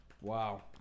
Wow